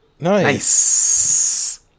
Nice